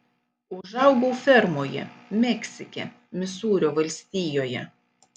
užaugau fermoje meksike misūrio valstijoje